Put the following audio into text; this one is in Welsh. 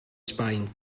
sbaen